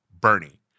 Bernie